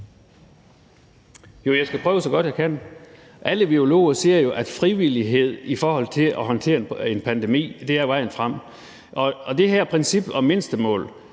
Jo, jeg skal prøve, så godt jeg kan. Alle virologer siger jo, at frivillighed i forhold til at håndtere en pandemi er vejen frem, og det her princip om mindstemål